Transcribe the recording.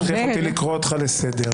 יואב, אל תכריח אותי לקרוא אותך לסדר.